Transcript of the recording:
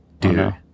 dude